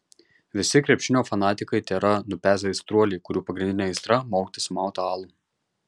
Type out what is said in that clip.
visi krepšinio fanatikai tėra nupezę aistruoliai kurių pagrindinė aistra maukti sumautą alų